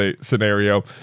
scenario